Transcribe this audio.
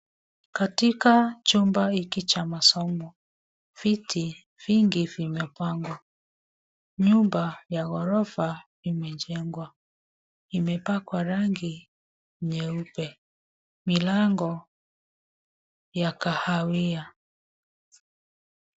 Katika chumba hiki cha masomo, viti vingi vimepangwa. Nyumba ya ghorofa imejengwa. Imepakwa rangi nyeupe. Milango ya kahaiwa.